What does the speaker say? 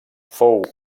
fou